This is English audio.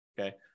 okay